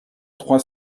trois